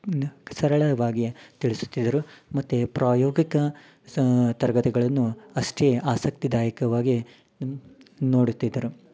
ಸರಳವಾಗಿ ತಿಳಿಸುತಿದ್ದರು ಮತ್ತು ಪ್ರಾಯೋಗಿಕ ಸ ತರಗತಿಗಳನ್ನು ಅಷ್ಟೇ ಆಸಕ್ತಿದಾಯಕವಾಗೆ ನೋಡುತ್ತಿದ್ದರು